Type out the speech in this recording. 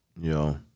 Yo